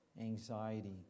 anxiety